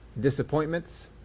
disappointments